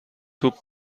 توپ